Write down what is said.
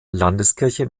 landeskirche